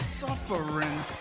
suffering